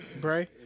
Bray